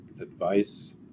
advice